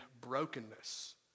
brokenness